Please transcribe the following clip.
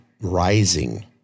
rising